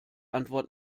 antwort